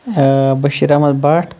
Bashir Ahmad Bhat